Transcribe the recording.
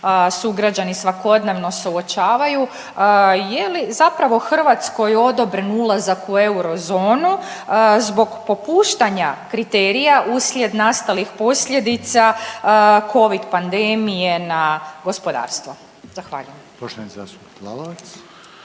sugrađani svakodnevno suočavaju je li zapravo Hrvatskoj odobren ulazak u eurozonu zbog popuštanja kriterija uslijed nastalih posljedica covid pandemije na gospodarstvo? Zahvaljujem.